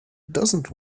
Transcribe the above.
doesn’t